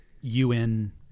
UN